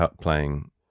playing